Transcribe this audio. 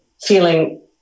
feeling